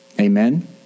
Amen